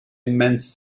immense